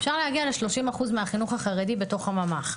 אפשר להגיע לשלושים אחוז מהחינוך החרדי בתוך הממ"ח.